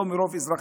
לא מרוב אזרחי.